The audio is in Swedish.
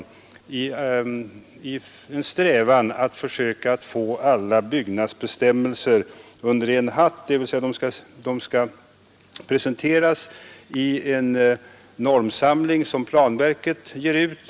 Vi har ju strävat efter att försöka få alla byggnadsbestämmelser under en hatt, dvs. att de skall presenteras i en normsamling som planverket ger ut.